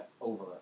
over